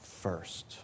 first